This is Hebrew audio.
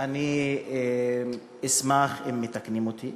אני אשמח אם מתקנים אותי